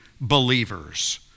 believers